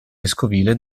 vescovile